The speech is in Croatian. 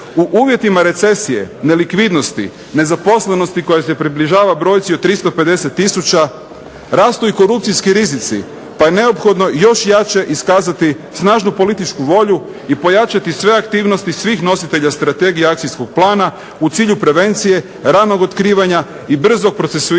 U uvjetima recesije, nelikvidnosti, nezaposlenosti koja se približava brojci od 350 tisuća rastu i korupcijski rizici pa je neophodno još jače iskazati snažnu političku volju i pojačati sve aktivnosti svih nositelja strategije akcijskog plana u cilju prevencije, ranog otkrivanja i brzog procesuiranja